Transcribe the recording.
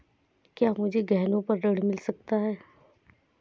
क्या मुझे गहनों पर ऋण मिल सकता है?